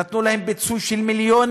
נתנו להם פיצויים של מיליונים.